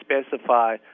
specify